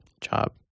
job